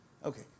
Okay